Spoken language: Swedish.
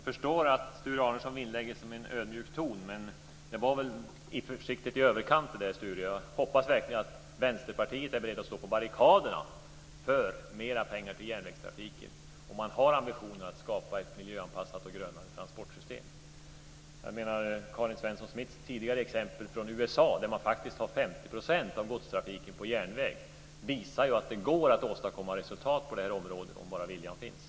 Fru talman! Jag förstår att Sture Arnesson vinnlägger sig om en ödmjuk ton, men detta var väl försiktigt i överkant, Sture Arnesson? Jag hoppas verkligen att Vänsterpartiet är berett att stå på barrikaderna för mer pengar till järnvägstrafiken om man har ambitionen att skapa ett miljöanpassat och grönare transportsystem. Karin Svensson Smiths tidigare exempel från USA där man faktiskt har 50 % av godstrafiken på järnväg visar ju att det går att åstadkomma resultat på detta område om bara viljan finns.